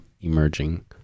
emerging